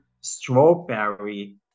strawberry